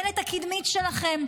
לדלת הקדמית שלכם.